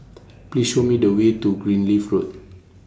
Please Show Me The Way to Greenleaf Road